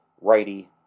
righty